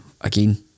again